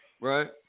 Right